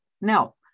no